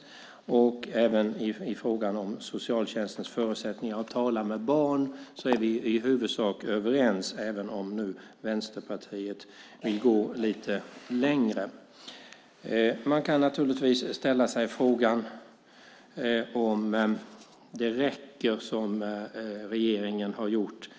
Det gäller även i frågan om socialtjänstens förutsättningar att tala med barn. Där är vi i huvudsak överens, även om Vänsterpartiet vill gå något längre. Man kan ställa sig frågan om det som regeringen har gjort räcker.